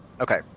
Okay